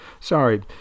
Sorry